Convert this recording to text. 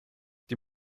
die